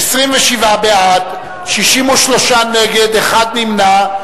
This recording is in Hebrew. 27 בעד, 63 נגד, אחד נמנע.